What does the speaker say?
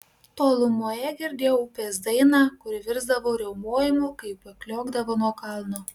tolumoje girdėjau upės dainą kuri virsdavo riaumojimu kai upė kliokdavo nuo kalno